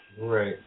Right